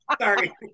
sorry